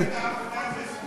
מפלגת העבודה זה שמאל?